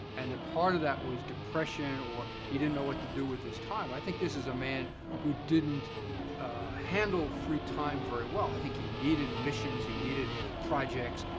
and the part of that was depression, or he didn't know what to do with his time. i think this is a man who didn't handle free time very well. i think he needed missions. he needed projects.